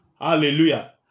Hallelujah